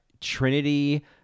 Trinity